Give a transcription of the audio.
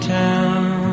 town